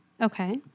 Okay